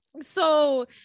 so-